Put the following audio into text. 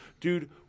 Dude